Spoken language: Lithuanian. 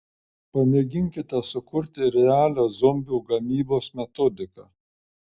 pamėginkime sukurti realią zombių gamybos metodiką